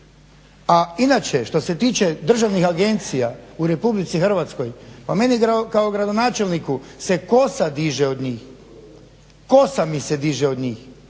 A inače što se tiče državnih agencija u Republici Hrvatskoj pa meni se kao gradonačelniku se kosa diže od njih, kosa mi se diže od njih